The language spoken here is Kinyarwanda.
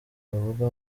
bavuga